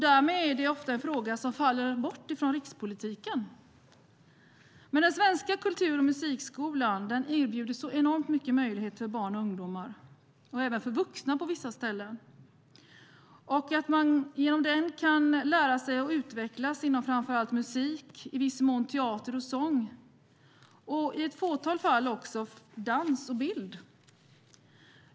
Därmed är det ofta en fråga som faller bort från rikspolitiken. Den svenska musik och kulturskolan erbjuder enormt många möjligheter för barn och ungdomar och på vissa ställen även för vuxna. Genom den kan man lära sig att utvecklas inom framför allt musik och i viss mån teater och sång samt i ett fåtal fall dans och bild.